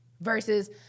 Versus